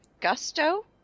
gusto